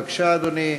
בבקשה, אדוני.